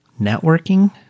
networking